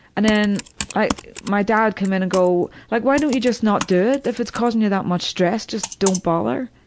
and then i my dad came in and go like, why don't you just not do it if it's causing you that much stress, just don't bother.